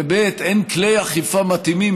וכן אין כלי אכיפה מתאימים,